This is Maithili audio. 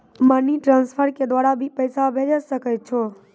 मनी ट्रांसफर के द्वारा भी पैसा भेजै सकै छौ?